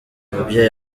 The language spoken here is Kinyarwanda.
mubyeyi